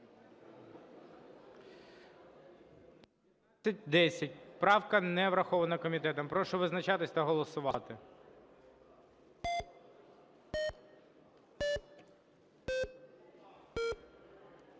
116. Правка не врахована. Прошу визначатись та голосувати.